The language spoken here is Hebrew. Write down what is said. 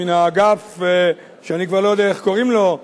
מן האגף שאני כבר לא יודע איך קוראים לו,